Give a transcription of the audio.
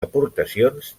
aportacions